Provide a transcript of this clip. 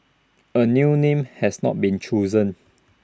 A new name has not been chosen